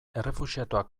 errefuxiatuak